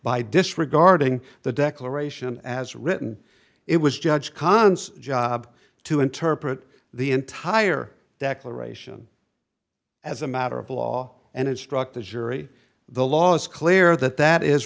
by disregarding the declaration as written it was judge khan's job to interpret the entire declaration as a matter of law and it struck the jury the law is clear that that is